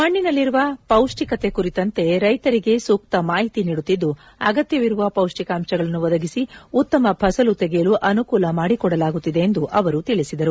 ಮಣ್ಣಿನಲ್ಲಿರುವ ಪೌಷ್ಟಿಕತೆ ಕುರಿತಂತೆ ರೈತರಿಗೆ ಸೂಕ್ತ ಮಾಹಿತಿ ನೀಡುತ್ತಿದ್ದು ಅಗತ್ಯವಿರುವ ಪೌಷ್ಸಿಕಾಂಶಗಳನ್ನು ಒದಗಿಸಿ ಉತ್ತಮ ಫಸಲು ತೆಗೆಯಲು ಅನುಕೂಲ ಮಾದಿಕೊಡಲಾಗುತ್ತಿದೆ ಎಂದು ಅವರು ತಿಳಿಸಿದರು